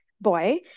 boy